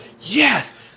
yes